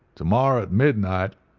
to-morrow at midnight,